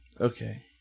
Okay